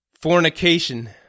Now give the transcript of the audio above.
Fornication